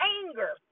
anger